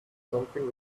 something